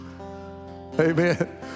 Amen